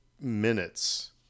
Minutes